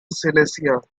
silesia